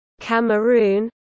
Cameroon